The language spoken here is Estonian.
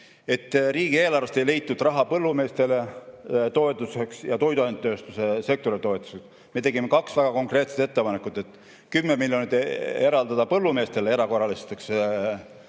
riigieelarvest ei leitud raha põllumeeste toetuseks ja toiduainetööstuse sektori toetuseks. Me tegime kaks väga konkreetset ettepanekut: 10 miljonit eraldada põllumeestele erakorralisteks kulutusteks